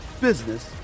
business